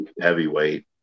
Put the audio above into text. heavyweight